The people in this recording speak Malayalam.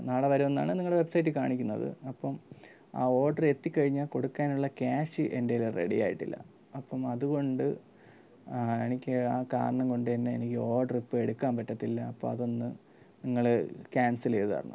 നാളെ വരുമെന്നാണ് നിങ്ങളുടെ വെബ്സൈറ്റിൽ കാണിക്കുന്നത് അപ്പം ആ ഓർഡർ എത്തിക്കഴിഞ്ഞാൽ കൊടുക്കാനുള്ള ക്യാഷ് എൻ്റെ കയ്യിൽ റെഡിയായിട്ടില്ല അപ്പം അതുകൊണ്ട് ആ എനിക്ക് ആ കാരണം കൊണ്ടുതന്നെ എനിക്ക് ഓഡർ ഇപ്പോൾ എടുക്കാൻ പറ്റത്തില്ല അപ്പോൾ അതൊന്ന് നിങ്ങൾ ക്യാൻസൽ ചെയ്തുതരണം